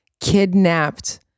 kidnapped